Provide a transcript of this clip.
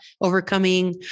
Overcoming